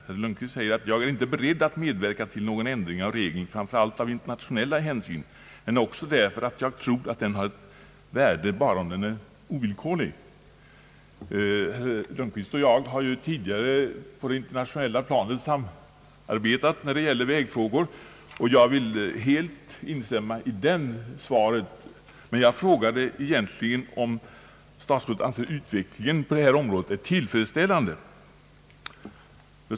Herr Lundkvist säger: »Jag är inte beredd att medverka till någon ändring av regeln framför allt av internationella hänsyn men också därför att jag tror att den har ett värde bara om den är ovillkorlig.» Herr Lundkvist och jag har ju tidigare samarbetat på det internationella planet när det gäller vägfrågor, och jag vill helt instämma i den delen av svaret, men jag frågade egentligen om statsrådet anser att utvecklingen på det här området är tillfredsställande.